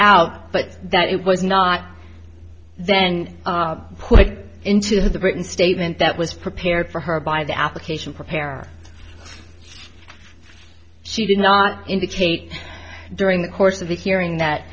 out but that it was not then put into the written statement that was prepared for her by the application prepare she did not indicate during the course of the hearing that